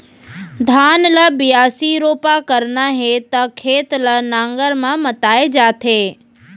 धान ल बियासी, रोपा करना हे त खेत ल नांगर म मताए जाथे